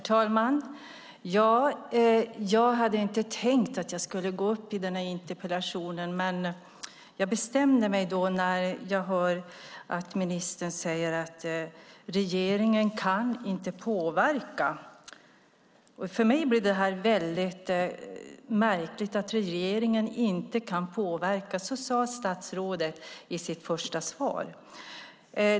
Herr talman! Jag hade inte tänkt gå upp i den här interpellationsdebatten, men jag bestämde mig när jag hörde ministern säga att regeringen inte kan påverka. För mig blir det väldigt märkligt att regeringen inte kan påverka - så sade statsrådet i sitt första svar.